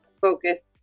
focus